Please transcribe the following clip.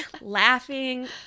laughing